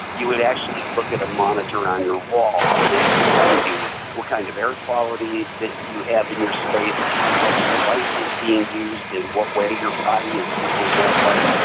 you would actually look at a monitor on your wall and that would tell you what kind of air quality that you have in your space, how much light is being used and what way your body is using that light,